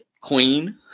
queen